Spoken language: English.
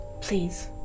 Please